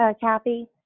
Kathy